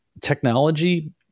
technology